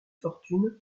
fortune